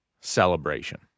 celebration